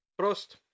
Prost